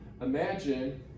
imagine